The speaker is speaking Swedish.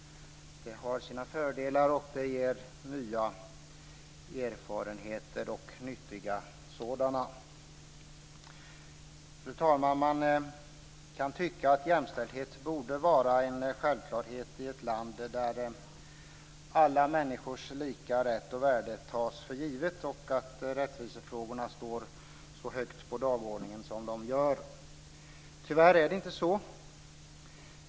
Det har sina fördelar, och det ger nya och nyttiga erfarenheter. Fru talman! Man kan tycka att jämställdhet borde vara en självklarhet i ett land där alla människors lika rätt och värde tas för givet och där rättvisefrågor står så högt på dagordningen som de gör. Tyvärr är det inte så.